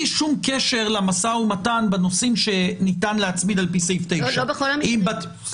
שום קשר למשא ומתן בנושאים שניתן להצמיד על פי סעיף 9. לא,